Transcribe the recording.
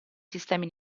sistemi